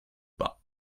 pas